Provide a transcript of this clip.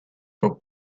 for